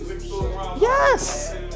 Yes